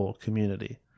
community